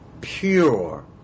pure